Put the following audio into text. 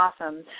Awesome